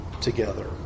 together